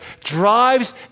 drives